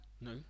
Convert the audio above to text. No